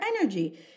energy